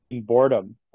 boredom